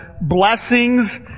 blessings